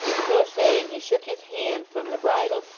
so saying he shook his hand from the bridle,